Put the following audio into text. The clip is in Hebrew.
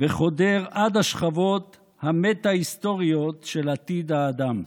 וחודר עד השכבות המטא-היסטוריות של עתיד האדם.